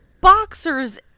boxers